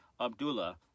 Abdullah